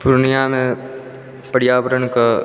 पूर्णियामे पर्यावरणके